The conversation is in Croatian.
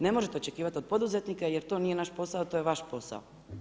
Ne možete očekivati od poduzetnika jer to nije naš posao, to je vaš posao.